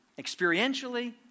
experientially